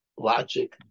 logic